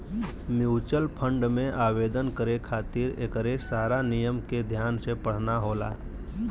mutual fund में आवेदन करे खातिर एकरे सारा नियम के ध्यान से पढ़ना होला